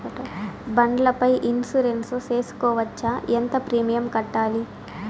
బండ్ల పై ఇన్సూరెన్సు సేసుకోవచ్చా? ఎంత ప్రీమియం కట్టాలి?